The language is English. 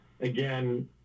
again